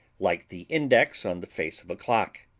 like the index on the face of a clock.